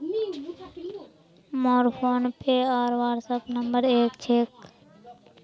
मोर फोनपे आर WhatsApp number एक क छेक